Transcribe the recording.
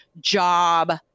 job